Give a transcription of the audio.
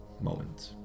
moment